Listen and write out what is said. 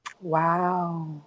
Wow